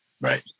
Right